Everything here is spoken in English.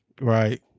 right